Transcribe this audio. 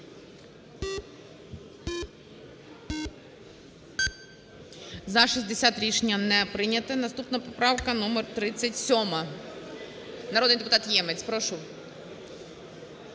За-60 Рішення не прийнято. Наступна поправка номер 37. Народний депутат Ємець, прошу.